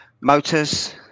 Motors